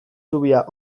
zubia